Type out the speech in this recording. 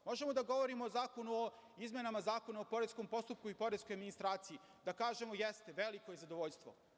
Možemo da govorimo o izmenama Zakona o poreskom postupku i poreskoj administraciji, da kažemo – jeste, veliko je zadovoljstvo.